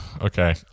Okay